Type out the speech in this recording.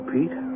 Pete